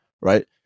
right